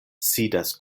sidas